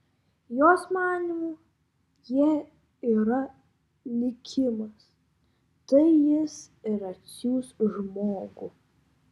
jos manymu jei yra likimas tai jis ir atsiųs žmogų